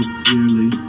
clearly